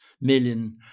million